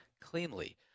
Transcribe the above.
cleanly